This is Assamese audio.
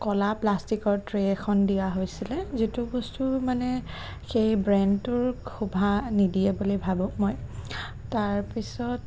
ক'লা প্লাষ্টিকৰ ট্ৰে এখন দিয়া হৈছিলে যিটো বস্তু মানে সেই ব্ৰেণ্ডটোৰ শোভা নিদিয়ে বুলি ভাবোঁ মই তাৰপিছত